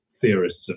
theorists